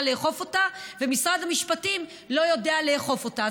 לאכוף אותה ומשרד המשפטים לא יודע לאכוף אותה.